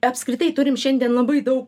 apskritai turim šiandien labai daug